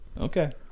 Okay